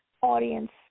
audience